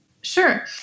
Sure